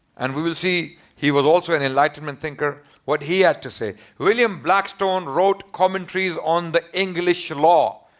and we will see, he was also an enlightenment thinker, what he had to say. william blackstone wrote commentaries on the english law.